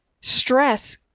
stress